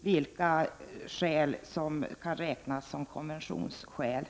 vilka skäl som kan räknas som konventionsskäl?